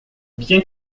bien